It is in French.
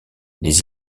les